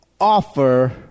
offer